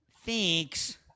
thinks